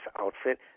outfit